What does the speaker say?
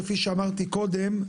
כפי שאמרתי קודם,